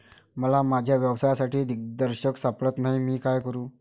मला माझ्या व्यवसायासाठी दिग्दर्शक सापडत नाही मी काय करू?